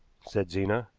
said zena.